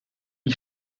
ich